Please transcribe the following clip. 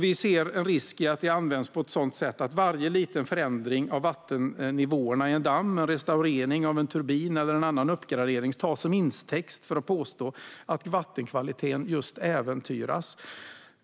Vi ser en risk i att det används på ett sådant sätt att varje liten förändring av vattennivåerna i en damm, en restaurering av en turbin eller en annan uppgradering, tas till intäkt för att påstå att vattenkvaliteten äventyras.